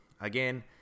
again